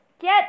Get